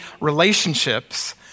relationships